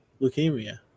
leukemia